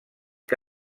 que